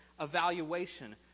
evaluation